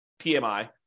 PMI